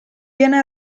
viene